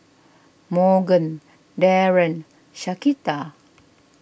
Morgan Darren and Shaquita